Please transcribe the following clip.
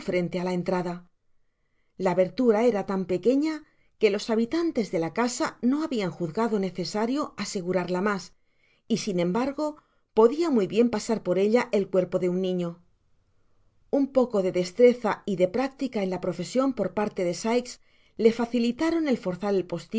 á la entrada la abertura era tan pequeña que los habitantes de la casa no habian juzgado necesario asegurarla mas y sin embargo podia muy bien pasar por ella el niño un poco de destreza y de práctica en la pro i por parte de sikes le facilitaron el forzar